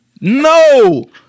No